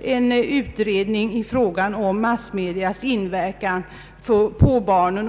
om en utredning i fråga om massmedias inverkan på barnen.